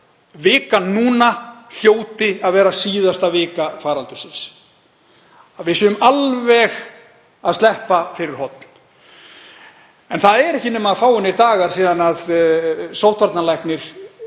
vikan núna hljóti að vera síðasta vika faraldursins, að við séum alveg að sleppa fyrir horn. En það eru ekki nema fáeinir dagar síðan sóttvarnalæknir